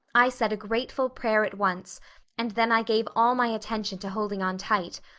i said a grateful prayer at once and then i gave all my attention to holding on tight,